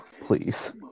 please